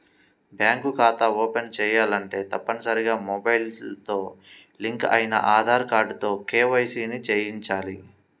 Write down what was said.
bank ఖాతా open చేయాలంటే తప్పనిసరిగా మొబైల్ తో లింక్ అయిన ఆధార్ కార్డుతో కేవైసీ ని చేయించాలి